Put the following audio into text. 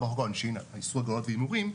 לחוק העונשין על איסור הגרלות והימורים,